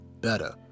better